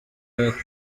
earth